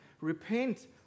repent